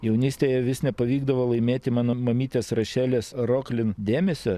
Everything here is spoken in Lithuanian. jaunystėje vis nepavykdavo laimėti mano mamytės rašelės roklin dėmesio